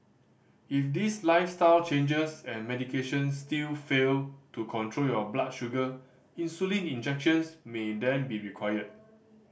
if these lifestyle changes and medication still fail to control your blood sugar insulin injections may then be required